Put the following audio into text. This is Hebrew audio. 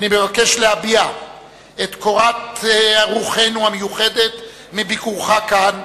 אני מבקש להביע את קורת רוחנו המיוֻחדת מביקורך כאן,